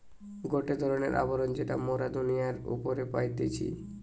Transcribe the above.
গটে ধরণের আবরণ যেটা মোরা দুনিয়ার উপরে পাইতেছি